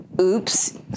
oops